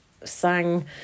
sang